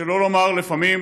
שלא לומר לפעמים,